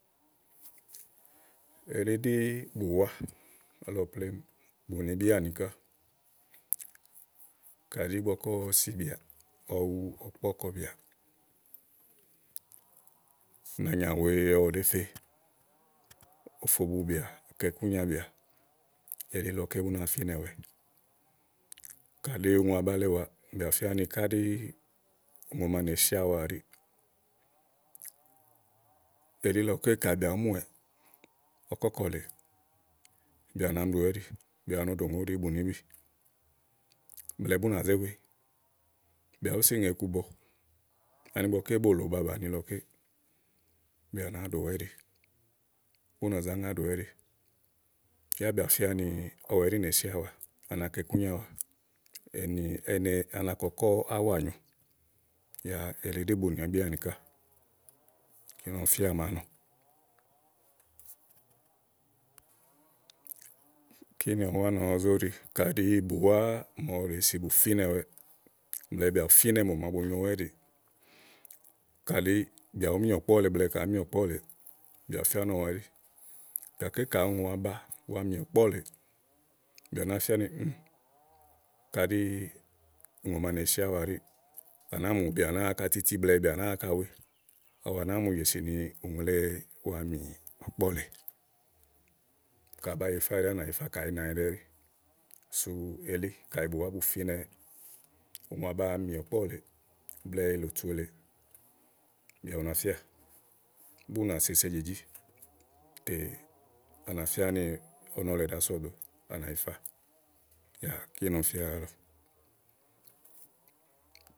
Elí ɖí bùwá ké lɔ plémú, bùnibì àni ká kà ɖi ígbɔ ké ɔwɔ sibìà, ɔwɔ wu ɔ̀kpɔ̀ kɔbìà, nàanyà wèe ɔwɔ ɖèé fe, ofo bubìà, kɔ ikunyabìà elílɔké bú náa fínɛwɛ kaɖi ùŋò aba le wàa bìà bù fía ni káɖí ùŋò màa ɖèe siáwa ɛɖíì. elílɔké ka bìà bùú muwɛ̀ ɔkɔ̀kɔ̀lèe bìà ná mi ɖòwɛ ɛ́ɖi bìà no ɖò ùŋò òɖi bùnibí gbèele bú nà zé we bìà búsi ŋè iku bɔ ani ígbɔké bòlò ba bàni lɔké bìà nàáa ɖòwɛ ɛ́ɖi bú à zá ŋa bú nà zá ŋa ɖòwɛ ɛ́ɖi. yá bìà bù fía ni ɔwɛ ɛɖí nèe siáwa, anakɔ ikúnyaáwa, à na kɔkɔ̀ áwà nyo, yá elí ɖí bùnibí áni ká elí ɔmi fíà à màáa nɔ kíni ɔmi wá nɔ zóɖi nì bùwá màa ɔwɔ ɖèe si bù fínɛwɛ, blɛ̀ɛ bìà bù fínɛ mò màa bunyowɛ ɛ́ɖì kàɖi bìà bùú mi ɔ̀kpɔ́ lèe blɛ̀ɛ ka èé mì ɔ̀kpɔ̀ lèe bìà bù fía ni ɔwɛ ɛɖí. gàké kayi ùŋò aba wàa mì ɔ̀kpɔ̀ lèe, bìà bù nàáa fía nì káɖi ùŋò màa nèe siáwa ɛɖíì à nàá mùbìà nàáa áŋka titi blɛ̀ɛ bìà nàáa áŋka we. awu à nàáa mù jèsì nì ùŋle wàa mì ɔ̀kpɔ̀ lèe ka à bá yìifá à nà yifá ka nànyiɖe ɛɖí sú elí, kayi bùwá bù fínɛwɛ ùŋò aba wa mì ɔ̀kpɔ̀ lèeè blɛ̀ɛ ìlòtu èle bìà bu na fíà bú nà sese èjìjí tè à nà fía ni ɔnɔ le ɖàá sɔ ɖòo, tè à nà yifá yá kíni ɔmi fía ɖálɔ̀ɔ.